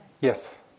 Yes